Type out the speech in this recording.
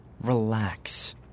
Relax